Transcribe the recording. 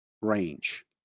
range